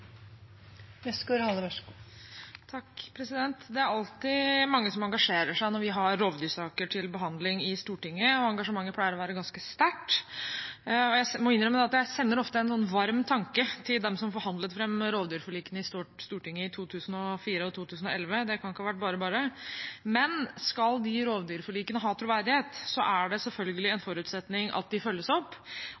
av alle unnateke Senterpartiet – går inn for å avvise dette forslaget. Det er alltid mange som engasjerer seg når vi har rovdyrsaker til behandling i Stortinget, og engasjementet pleier å være ganske sterkt. Jeg må innrømme at jeg ofte sender en varm tanke til dem som forhandlet fram rovdyrforlikene i Stortinget i 2004 og 2011 – det kan ikke ha vært bare-bare. Men skal de rovdyrforlikene ha troverdighet, er det selvfølgelig